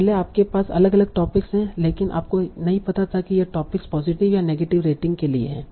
पहले आपके पास अलग अलग टॉपिक्स हैं लेकिन आपको नहीं पता था कि यह टोपिक पॉजिटिव या नेगेटिव रेटिंग के लिए है